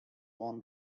won